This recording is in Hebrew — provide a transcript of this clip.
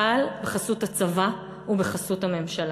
אבל בחסות הצבא ובחסות הממשלה.